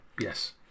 yes